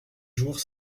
jours